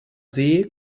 see